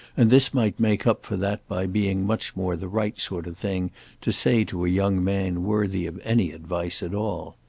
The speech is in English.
and this might make up for that by being much more the right sort of thing to say to a young man worthy of any advice at all.